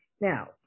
Now